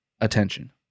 attention